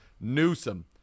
Newsom